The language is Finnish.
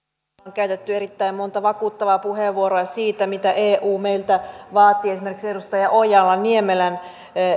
käytetty erittäin monta vakuuttavaa puheenvuoroa siitä mitä eu meiltä vaatii esimerkiksi edustaja ojala niemelän